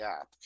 app